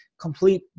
complete